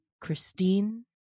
Christine